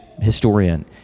historian